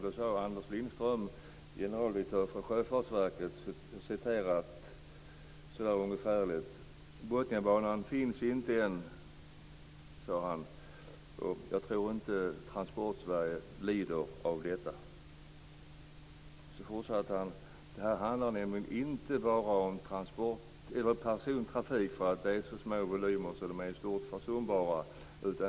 Då sade Anders Lindström, generaldirektör för Sjöfartsverket, citerat så där ungefärligt: Botniabanan finns inte än, och jag tror inte att Transportsverige lider av detta. Så fortsatte han med att säga att detta inte bara handlar om persontrafik. Det är så små volymer att de i stort sett är försumbara.